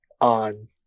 on